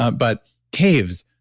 but caves,